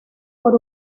por